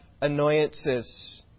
annoyances